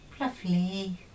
Lovely